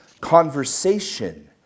conversation